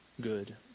good